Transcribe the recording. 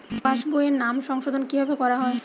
পাশ বইয়ে নাম সংশোধন কিভাবে করা হয়?